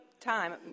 time